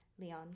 Leon